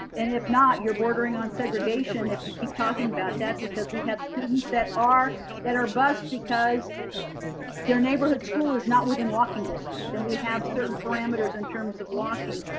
and if not your bordering on segregation if you keep talking about that because we have students that are that are bused because their neighborhood school is not within walking distance and we have certain parameters in terms of walking.